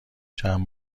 چند